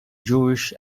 jewish